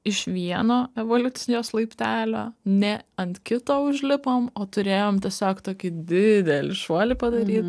iš vieno evoliucijos laiptelio ne ant kito užlipom o turėjom tiesiog tokį didelį šuolį padaryt